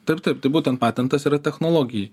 taip taip tai būtent patentas yra technologijai